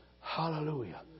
Hallelujah